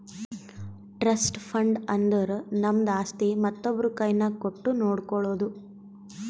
trust fund ಅಂದುರ್ ನಮ್ದು ಆಸ್ತಿ ಮತ್ತೊಬ್ರು ಕೈನಾಗ್ ಕೊಟ್ಟು ನೋಡ್ಕೊಳೋದು